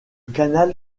canal